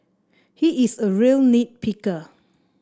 he is a real nit picker